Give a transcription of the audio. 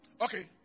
Okay